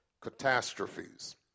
catastrophes